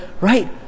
right